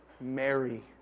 Mary